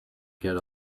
get